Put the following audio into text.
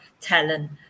talent